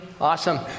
awesome